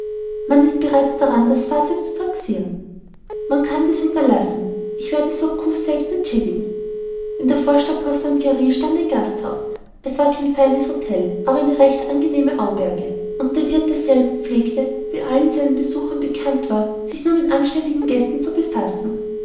man ist bereits daran das fahrzeug zu taxiren man kann dies unterlassen ich selbst werde surcouf entschädigen in der vorstadt poissonire stand ein gasthaus es war zwar kein feines htel aber eine recht angenehme auberge und der wirth desselben pflegte wie allen seinen besuchern bekannt war sich nur mit an ständigen gästen zu befassen